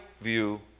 view